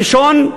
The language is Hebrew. ראשית,